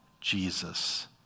Jesus